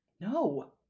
No